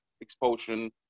expulsion